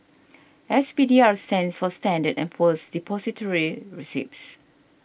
S P D R stands for Standard and Poor's Depository Receipts